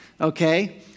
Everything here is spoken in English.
okay